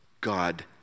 God